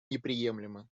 неприемлемы